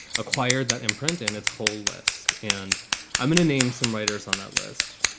acquired that imprint and its whole list. and i'm gonna name some writers on that list.